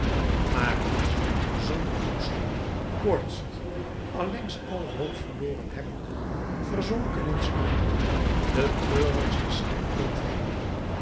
marius zonder voedsel koortsig allengs alle hoop verloren hebbende verzonken in smart de treurigste schipbreuk van